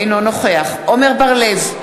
אינו נוכח עמר בר-לב,